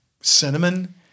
cinnamon